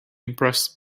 impressed